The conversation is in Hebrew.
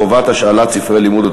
חובת השאלת ספרי לימוד),